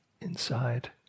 inside